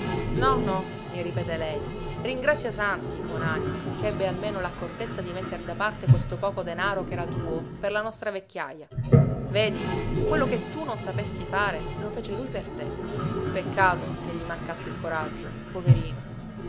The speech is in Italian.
no no mi ripete lei ringrazia santi buon'anima che ebbe almeno l'accortezza di metter da parte questo poco denaro ch'era tuo per la nostra vecchiaja vedi quello che tu non sapesti fare lo fece lui per te peccato che gli mancasse il coraggio poverino